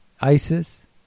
ISIS